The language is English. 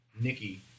Nikki